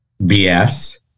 bs